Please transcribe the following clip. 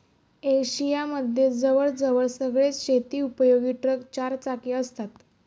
Asia मध्ये जवळ जवळ सगळेच शेती उपयोगी ट्रक चार चाकी असतात